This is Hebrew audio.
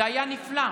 זה היה נפלא.